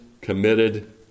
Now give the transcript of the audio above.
committed